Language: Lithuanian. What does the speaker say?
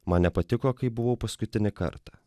man nepatiko kaip buvo paskutinį kartą